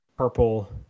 purple